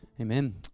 Amen